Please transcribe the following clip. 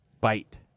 bite